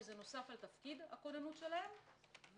שזה נוסף על תפקיד הכוננות שלהם,